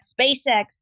SpaceX